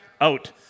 out